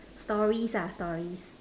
stories ah stories